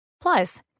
Plus